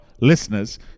listeners